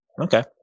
okay